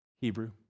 Hebrew